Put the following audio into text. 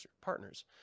partners